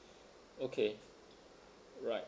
okay right